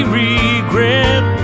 regret